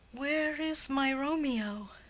where is my romeo?